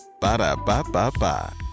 Ba-da-ba-ba-ba